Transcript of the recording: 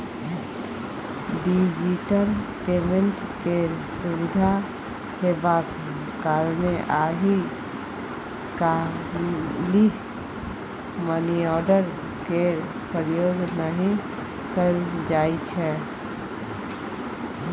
digital payment केर सुविधा हेबाक कारणेँ आइ काल्हि मनीआर्डर केर प्रयोग नहि कयल जाइ छै